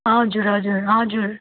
हजुर हजुर हजुर